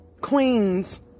queens